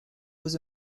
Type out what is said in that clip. was